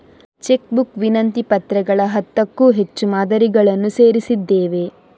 check book ವಿನಂತಿ ಪತ್ರಗಳ ಹತ್ತಕ್ಕೂ ಹೆಚ್ಚು ಮಾದರಿಗಳನ್ನು ಸೇರಿಸಿದ್ದೇವೆ